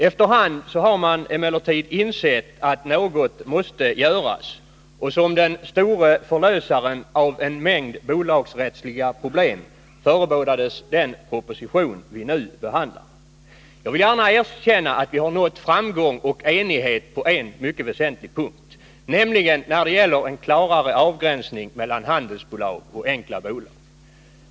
Efter hand har man emellertid insett att något måste göras, och som den store förlösaren av en mängd bolagsrättsliga problem förebådades den proposition vi nu behandlar. Jag vill gärna erkänna att vi har nått framgång och enighet på en mycket väsentlig punkt, nämligen när det gäller en klarare avgränsning mellan handelsbolag och enkla bolag.